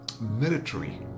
military